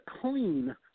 clean